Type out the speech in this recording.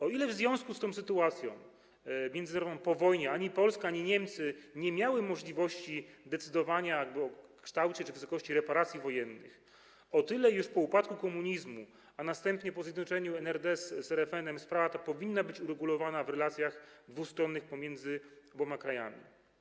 O ile w związku z sytuacją międzynarodową po wojnie ani Polska, ani Niemcy nie miały możliwości decydowania o kształcie czy wysokości reparacji wojennych, o tyle już po upadku komunizmu, a następnie po zjednoczeniu NRD i RFN, sprawa ta powinna być uregulowana w relacjach dwustronnych pomiędzy oboma krajami.